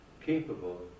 capable